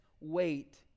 wait